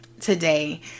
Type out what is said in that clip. today